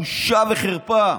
בושה וחרפה.